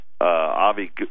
Avi